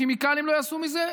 כימיקלים לא יעשו מזה,